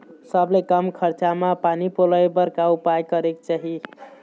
सबले कम खरचा मा पानी पलोए बर का उपाय करेक चाही?